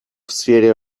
сфере